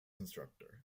instructor